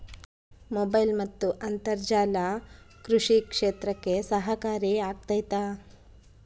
Mobile ಮತ್ತು ಅಂತರ್ಜಾಲ ಕೃಷಿ ಕ್ಷೇತ್ರಕ್ಕೆ ಸಹಕಾರಿ ಆಗ್ತೈತಾ?